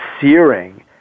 searing